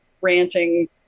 ranting